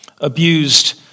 abused